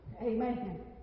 Amen